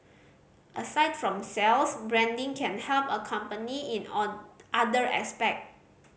aside from sales branding can help a company in on other aspects